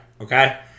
Okay